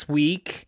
week